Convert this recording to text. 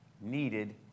needed